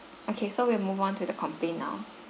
okay so we'll move on to the complaint now